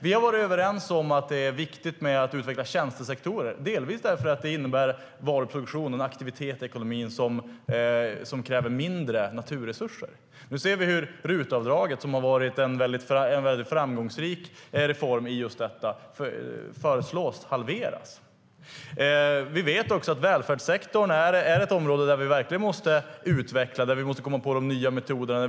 Vi har varit överens om att det är viktigt att utveckla tjänstesektorer, delvis därför att det innebär varuproduktion och en aktivitet i ekonomin som kräver mindre naturresurser. Nu ser vi hur RUT-avdraget, som har varit en framgångsrik reform just när det gäller detta, föreslås halveras. Vi vet också att välfärdssektorn är ett område där vi verkligen måste utveckla och komma på de nya metoderna.